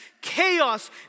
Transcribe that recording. chaos